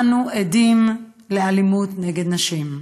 אנו עדים לאלימות נגד נשים.